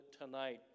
tonight